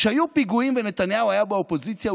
כשהיו פיגועים ונתניהו היה באופוזיציה,